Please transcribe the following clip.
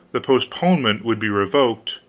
the postponement would be revoked,